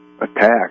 attack